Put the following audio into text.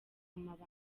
amabanga